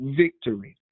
victory